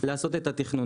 לעשות את התכנון.